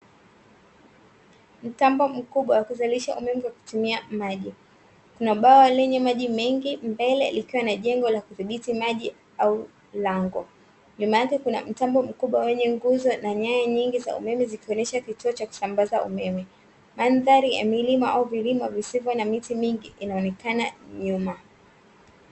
Mtambo mkubwa wa kuzalisha umeme kwa kutumia maji. Kuna bwawa lenye maji mengi mbele likiwa na jengo la kudhibiti maji au lango. Nyuma yake kuna mtambo mkubwa wenye nguzo na nyaya nyingi za umeme, zikionesha kituo cha kusambaza umeme. Mandhari ya milima au vilima visivyo na miti mingi inaonekana nyuma.